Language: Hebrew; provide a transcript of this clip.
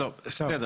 בסדר.